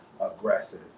aggressive